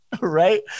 Right